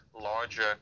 larger